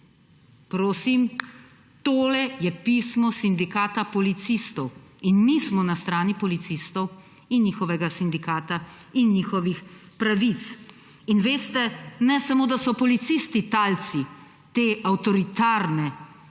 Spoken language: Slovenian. Prosim, to je pismo sindikata policistov. In mi smo na strani policistov in njihovega sindikata in njihovih pravic. Veste, ne samo da so policisti talci te avtoritarne